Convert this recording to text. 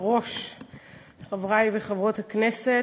חברי וחברות הכנסת,